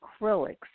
acrylics